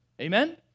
Amen